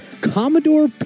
Commodore